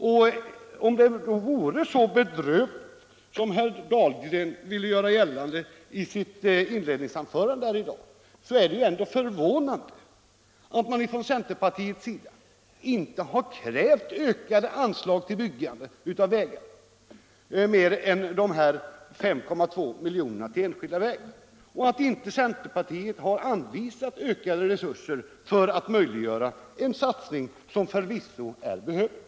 Och om det vore så bedrövligt som herr Dahlgren ville göra gällande i sitt inledningsanförande i dag, så är det förvånande att man från centerpartiet inte har krävt ökade vägarna och att man där inte har föreslagit ökade resurser för att möjliggöra en satsning som förvisso är behövlig.